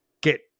get